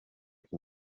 can